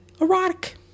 Erotic